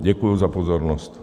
Děkuji za pozornost.